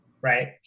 Right